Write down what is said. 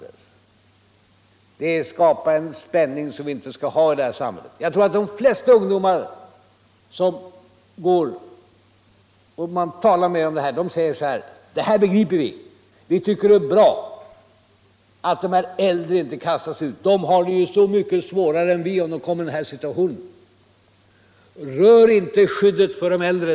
Det skapar en spänning som vi inte skall ha i det här samhället! Jag tror emellertid att de flesta vettiga ungdomar som man talar med om detta säger: Det här begriper vi, och vi tycker att det är bra att de äldre inte kastas ut; de har det ju så mycket svårare än vi, om de kommer i den här situationen. Rör inte skyddet för de äldre!